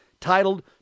titled